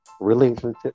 relationship